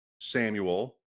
Samuel